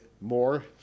more